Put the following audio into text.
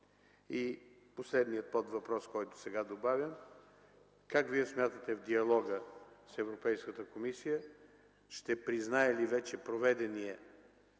Последният подвъпрос, който сега добавям: как Вие смятате в диалога с Европейската комисия – ще признае ли вече проведения